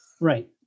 right